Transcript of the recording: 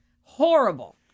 Horrible